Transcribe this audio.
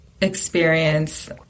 experience